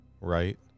right